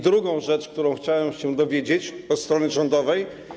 Druga rzecz, której chciałem się dowiedzieć od strony rządowej.